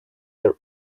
their